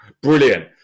brilliant